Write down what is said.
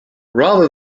rather